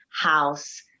house